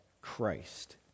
Christ